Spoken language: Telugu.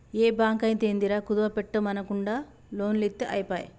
ఏ బాంకైతేందిరా, కుదువ బెట్టుమనకుంట లోన్లిత్తె ఐపాయె